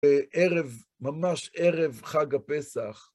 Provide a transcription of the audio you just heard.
בערב, ממש ערב חג הפסח.